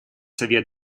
совет